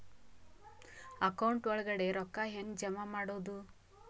Account ಒಳಗಡೆ ರೊಕ್ಕ ಹೆಂಗ್ ಜಮಾ ಮಾಡುದು?